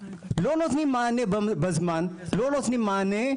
לא נותנים מענה בזמן, לא נותנים מענה,